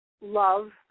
love